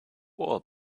all